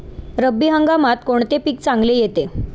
रब्बी हंगामात कोणते पीक चांगले येते?